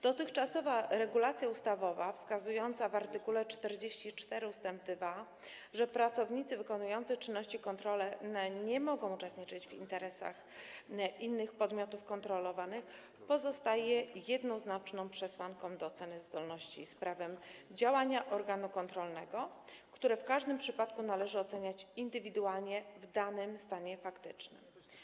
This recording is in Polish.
Dotychczasowa regulacja ustawowa wskazująca w art. 44 ust. 2, że pracownicy wykonujący czynności kontrolne nie mogą uczestniczyć w interesach podmiotów kontrolowanych, pozostaje jednoznaczną przesłanką do oceny zgodności z prawem działania organu kontrolnego, które w każdym przypadku należy oceniać indywidualnie w danym stanie faktycznym.